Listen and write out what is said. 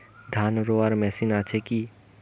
ধান রোয়ার মেশিন আছে কি?